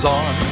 on